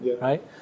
right